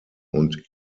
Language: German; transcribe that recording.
und